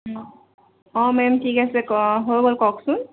অঁ মে'ম ঠিক আছে হৈ গ'ল অঁ কওকচোন